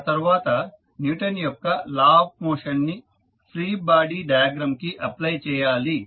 ఆ తర్వాత న్యూటన్ యొక్క లా ఆఫ్ మోషన్ ని ఫ్రీ బాడీ డయాగ్రమ్ కి అప్లై చేయాలి